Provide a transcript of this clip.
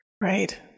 Right